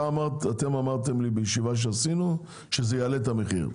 אתם אמרתם לי בישיבה שעשינו, שזה יעלה את המחיר.